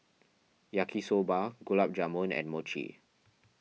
Yaki Soba Gulab Jamun and Mochi